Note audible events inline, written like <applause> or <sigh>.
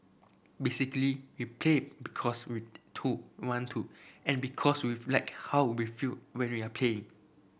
basically we play because we to want to and because <unintelligible> like how we feel when <unintelligible> are play